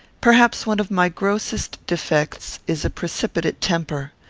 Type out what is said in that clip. perhaps one of my grossest defects is a precipitate temper.